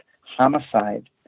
homicide